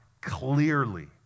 clearly